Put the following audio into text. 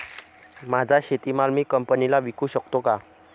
माझा शेतीमाल मी कंपनीला विकू शकतो का?